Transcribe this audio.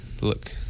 Look